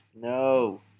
No